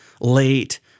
late